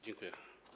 Dziękuję.